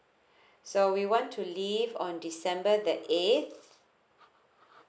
so we want to leave on december the eighth